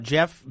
Jeff